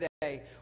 today